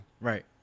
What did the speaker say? Right